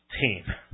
team